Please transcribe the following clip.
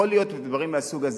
יכול להיות דברים מהסוג הזה.